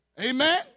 Amen